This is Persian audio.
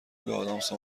ادامس